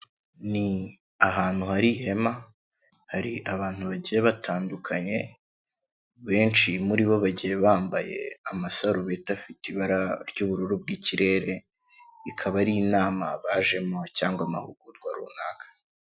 Ni ahantu hari ihema, hari abantu bagiye batandukanye, benshi muri bo bagiye bambaye amasarubeti afite ibara ry'ubururu bw'ikirere, ikaba ari inama bajemo cyangwa amahugurwa runaka.